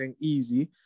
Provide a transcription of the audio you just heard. Easy